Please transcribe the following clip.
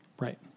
Right